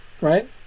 right